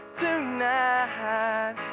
tonight